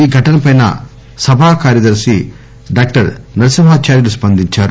ఈ ఘటనపై సభ కార్యదర్శి డాక్టర్ నరసింహా చార్యులు స్పందించారు